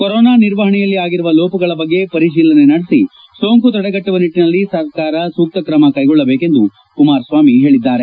corona ನಿರ್ವಹಣೆಯಲ್ಲಿ ಆಗಿರುವ ಲೋಪಗಳ ಬಗ್ಗೆ ಪರಿತೀಲನೆ ನಡೆಸಿ ಸೋಂಕು ತಡೆಗಟ್ಟುವ ನಿಟ್ಟನಲ್ಲಿ ಸರ್ಕಾರ ಸೂಕ್ತ ಕ್ರಮ ಕೈಗೊಳ್ಳಬೇಕೆಂದು ಕುಮಾರಸ್ವಾಮಿ ಹೇಳಿದ್ದಾರೆ